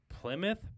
Plymouth